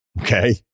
Okay